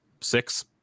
six